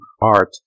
art